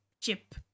chip